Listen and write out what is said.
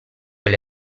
alle